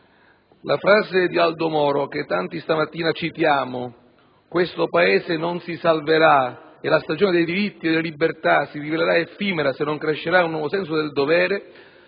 La frase di Aldo Moro che tanti stamattina citiamo - «Questo Paese non si salverà e la stagione dei diritti e delle libertà si rivelerà effimera se non crescerà un nuovo senso del dovere»